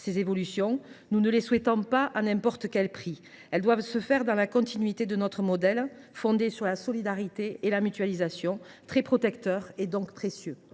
Ces évolutions, nous ne les souhaitons pas à n’importe quel prix. Elles doivent s’inscrire dans la continuité de notre modèle, fondé sur la solidarité et la mutualisation, très protecteur, donc précieux.